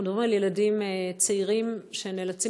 אנחנו מדברים על ילדים צעירים שנאלצים